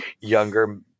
younger